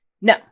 No